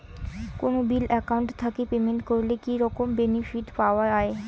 কোনো bill account থাকি payment করলে কি রকম বেনিফিট পাওয়া য়ায়?